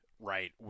right